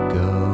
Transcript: go